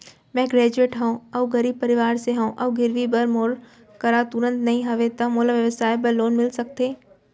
मैं ग्रेजुएट हव अऊ गरीब परवार से हव अऊ गिरवी बर मोर करा तुरंत नहीं हवय त मोला व्यवसाय बर लोन मिलिस सकथे?